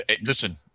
Listen